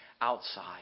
outside